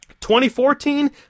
2014